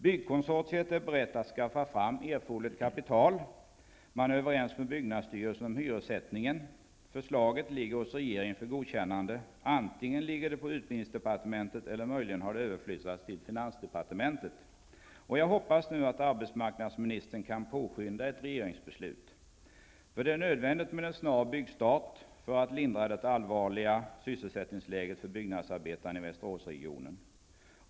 Byggkonsortiet är berett att skaffa fram erforderligt kapital, och man är överens med byggnadsstyrelsen om hyressättningen. Förslaget ligger hos regeringen för godkännande, antingen på utbildningsdepartementet eller möjligen på finansdepartementet. Jag hoppas att arbetsmarknadsministern kan påskynda ett regeringsbeslut. Det är nödvändigt med en snar byggstart för att lindra det allvarliga sysselsättningsläget för byggnadsarbetarna i Västeråsregionen.